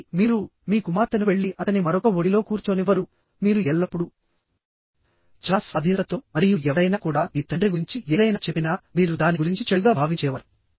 ఆపై మీరు మీ కుమార్తెను వెళ్లి అతని మరొక ఒడిలో కూర్చోనివ్వరు మీరు ఎల్లప్పుడూ చాలా స్వాధీనతతో మరియు ఎవరైనా కూడా మీ తండ్రి గురించి ఏదైనా చెప్పినా మీరు దాని గురించి చెడుగా భావించేవారు